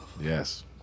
Yes